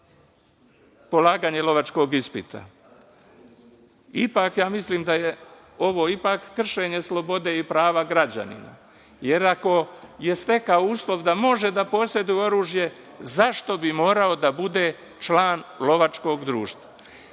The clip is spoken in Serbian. ispita. Ja mislim da je ovo ipak kršenje slobode i prava građana, jer ako je stekao uslov da može da poseduje oružje, zašto bi morao da bude član lovačkog društva? Isto